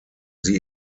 sie